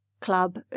club